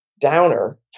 downer